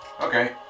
Okay